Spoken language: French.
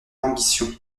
ambition